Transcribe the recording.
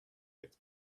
gets